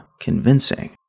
convincing